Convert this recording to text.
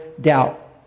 doubt